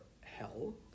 hell